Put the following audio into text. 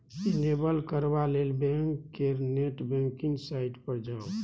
enable करबा लेल bank केर नेट बैंकिंग साइट पर जाउ